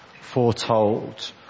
foretold